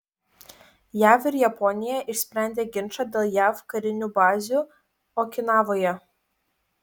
jav ir japonija išsprendė ginčą dėl jav karinių bazių okinavoje